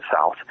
south